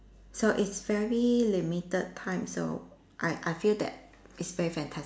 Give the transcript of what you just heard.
so it's very limited time so I I feel that it's very fantastic